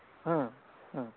ᱦᱮᱸ ᱦᱮᱸ